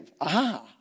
Aha